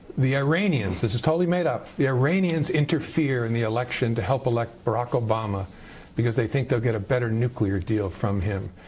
the iranians. this is totally made up. the iranians interfere in the election to help elect barack obama because they think they'll get a better nuclear deal from him.